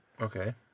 Okay